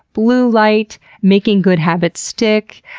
blue light, making good habits stick,